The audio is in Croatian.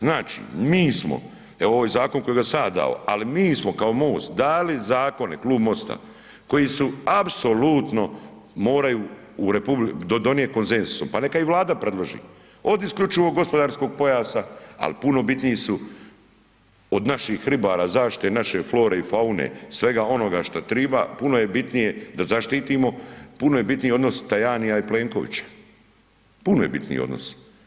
Znači mi smo, evo ovo je Zakon kojega sam ja dao, ali mi smo kao MOST dali Zakone, Klub MOST-a, koji su apsolutno moraju u Republici donijeti koncenzusom, pa neka ih i Vlada predloži, od isključivog gospodarskog pojasa, al' puno bitniji su od naših ribara, zaštite naše flore i faune, svega onoga šta triba, puno je bitnije da zaštitimo, puno je bitniji odnos Tajanija i Plenkovića, puno je bitniji odnos.